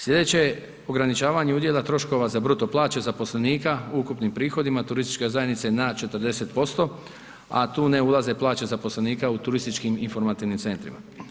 Sljedeće, ograničavanje udjela troškova za bruto plaće zaposlenika u ukupnim prihodima, turistička zajednice na 40%, a tu ne ulaze plaće zaposlenika u turističkim informativnim centrima.